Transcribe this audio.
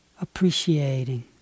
Appreciating